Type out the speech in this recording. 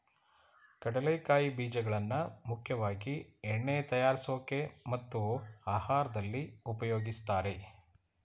ಕಡಲೆಕಾಯಿ ಬೀಜಗಳನ್ನಾ ಮುಖ್ಯವಾಗಿ ಎಣ್ಣೆ ತಯಾರ್ಸೋಕೆ ಮತ್ತು ಆಹಾರ್ದಲ್ಲಿ ಉಪಯೋಗಿಸ್ತಾರೆ